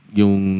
yung